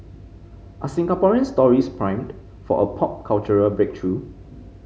are Singaporean stories primed for a pop cultural breakthrough